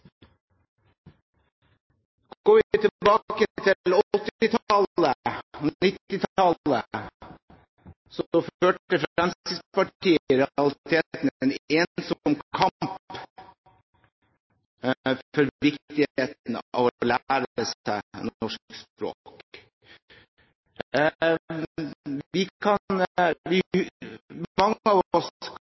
Går vi tilbake til 1980-tallet og 1990-tallet, førte Fremskrittspartiet i realiteten en ensom kamp for viktigheten av å lære seg norsk språk. Mange av oss kan